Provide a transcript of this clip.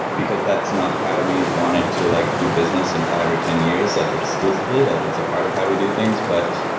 because that's not how we wanted to like do business in five or ten years like exclusively, like it's a part of how we do things. but